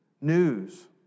news